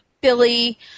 Billy